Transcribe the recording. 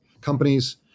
companies